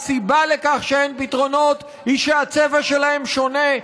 והסיבה לכך שאין פתרונות היא שהצבע שלהם שונה,